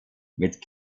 mit